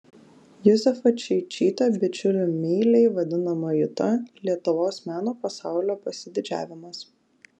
juzefa čeičytė bičiulių meiliai vadinama juta lietuvos meno pasaulio pasididžiavimas